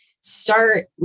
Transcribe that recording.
start